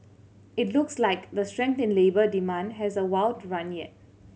it looks like the strength in labour demand has a while to run yet